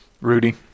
Rudy